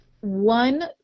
One